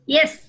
Yes